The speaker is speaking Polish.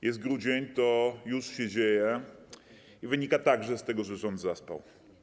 Jest grudzień, to już się dzieje i wynika także z tego, że rząd zaspał.